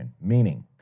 Meaning